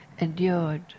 endured